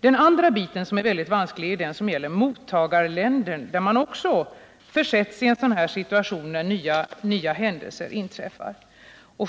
En annan bit som är väldigt vansklig är den som handlar om mottagarländerna. I det fallet försätts man också i en besvärlig situation, när nya händelser inträffar.